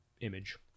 image